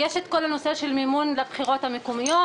כשרצו להביא פיצוי לשני מפעלי בשר, תנובה